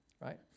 right